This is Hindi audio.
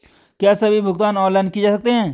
क्या सभी भुगतान ऑनलाइन किए जा सकते हैं?